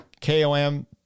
KOM